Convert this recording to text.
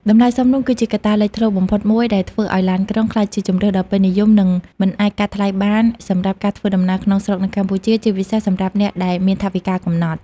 តម្លៃសមរម្យ គឺជាកត្តាលេចធ្លោបំផុតមួយដែលធ្វើឱ្យឡានក្រុងក្លាយជាជម្រើសដ៏ពេញនិយម និងមិនអាចកាត់ថ្លៃបានសម្រាប់ការធ្វើដំណើរក្នុងស្រុកនៅកម្ពុជា ជាពិសេសសម្រាប់អ្នកដែលមានថវិកាកំណត់។